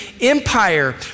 Empire